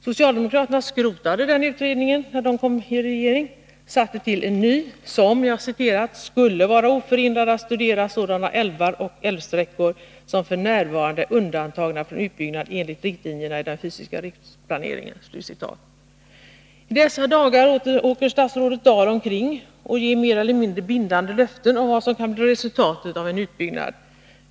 Socialdemokraterna skrotade den utredningen när de kom i regeringsställning, satte till en ny utredning som ”skulle vara oförhindrad att studera sådana älvar och älvsträckor som f. n. är undantagna från utbyggnad enligt riktlinjerna i den fysiska riksplaneringen”. I dessa dagar åker statsrådet Dahl omkring och ger mer eller mindre bindande löften om vad som kan bli resultatet av en utbyggnad.